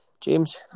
James